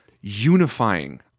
Unifying